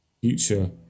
future